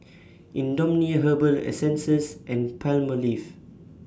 Indomie Herbal Essences and Palmolive